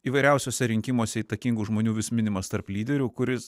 įvairiausiuose rinkimuose įtakingų žmonių vis minimas tarp lyderių kuris